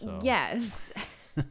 yes